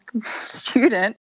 student